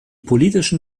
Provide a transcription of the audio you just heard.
politischen